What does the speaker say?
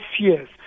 fears